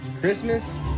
Christmas